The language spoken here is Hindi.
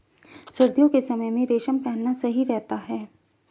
सर्दियों के समय में रेशम पहनना सही रहता है